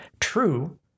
true